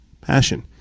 passion